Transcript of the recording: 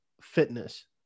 fitness